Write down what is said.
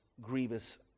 grievous